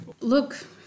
Look